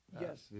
Yes